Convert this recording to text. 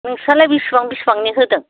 नोंस्रालाय बिसबां बिसबांनि होदों